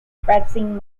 pressing